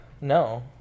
no